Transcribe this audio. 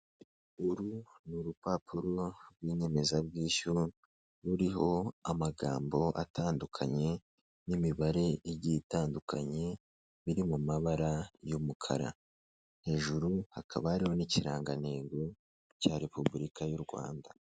Uru ni urupapuro rw'inyemezabwishyu ruriho amagambo atandukanye n'imibare igiye itandukanye biri mu mabara y'umukara. Hejuru hakaba hariho n'ikirangantego cya Repubulika y'u Rwanda.